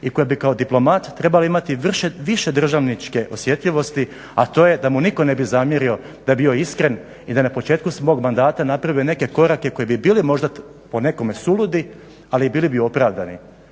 i koja bi kao diplomat trebala imati više državničke osjetljivosti a to je da mu nitko ne bi zamjerio da je bio iskren i da na početku svog mandata napravio neke korake koji bi bili možda po nekome suludi ali bili bi opravdani.